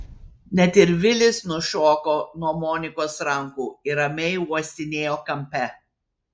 net ir vilis nušoko nuo monikos rankų ir ramiai uostinėjo kampe